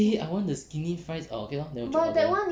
eh I want the skinny fries orh okay lor then 我就 order